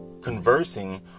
conversing